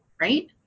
right